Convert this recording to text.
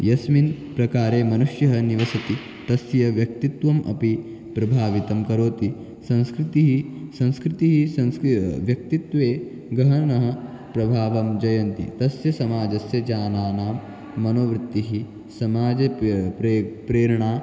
यस्मिन् प्रकारे मनुष्यः निवसति तस्य व्यक्तित्वम् अपि प्रभावितं करोति संस्कृतिः संस्कृतिः संस्कृ व्यक्तित्वे गहनं प्रभावं जनयन्ति तस्य समाजस्य जनानां मनोवृत्तिः समाजे पे प्रे प्रेरणाः